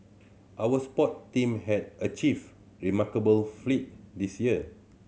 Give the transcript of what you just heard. our sport team have achieved remarkable this year